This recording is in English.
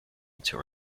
until